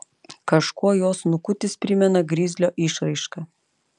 kažkuo jo snukutis primena grizlio išraišką